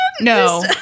No